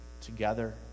together